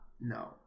No